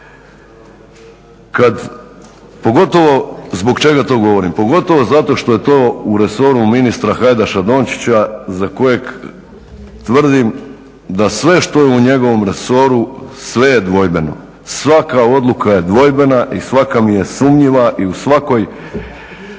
Zbog čega to govorim? Pogotovo zato što je to u resoru ministra Hajdaša Dončića za kojeg tvrdim da sve što je u njegovom resoru sve je dvojbeno, svaka odluka je dvojbena i svaka mi je sumnjiva i u svakoj